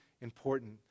important